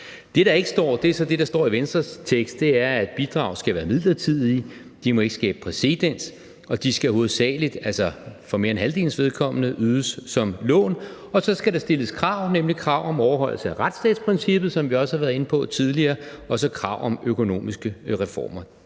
Venstres tekst, altså at bidrag skal være midlertidige, de må ikke skabe præcedens, og de skal hovedsagelig, altså for mere end halvdelens vedkommende, ydes som lån, og så skal der stilles krav, nemlig krav om overholdelse af retsstatsprincippet, som vi også har været inde på tidligere, og krav om økonomiske reformer.